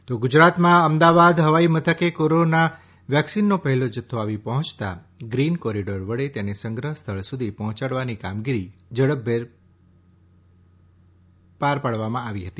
corona vaccine Ahmedabad હવાઈ મથકે corona વેક્સિનનો પહેલો જથ્થો આવી પહોંચતા ગ્રીન કોરિડોર વડે તેને સંગ્રહ સ્થળ સુધી પહોંચાડવાની કામગીરી ઝડપભેર પાર પાડવામાં આવી હતી